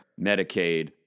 Medicaid